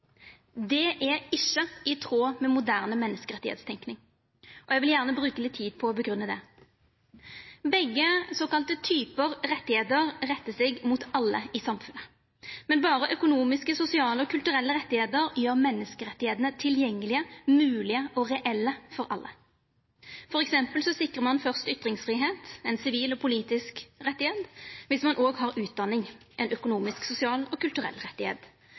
Det er ikkje i tråd med moderne menneskerettstenking. Eg vil gjerne bruka litt tid på å grunngje det. Begge såkalla typar rettar rettar seg mot alle i samfunnet, men berre økonomiske, sosiale og kulturelle rettar gjer menneskerettane tilgjengelege, moglege og reelle for alle. For eksempel sikrar ein fyrst ytringsfridom – ein sivil og politisk rett – og viss ein òg har utdanning, ein økonomisk, sosial og kulturell